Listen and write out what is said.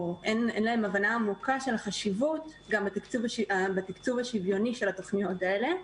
אין להם הבנה עמוקה של החשיבות גם בתקצוב השוויוני של התוכניות האלה.